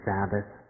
Sabbath